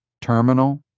terminal